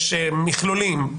יש מכלולים,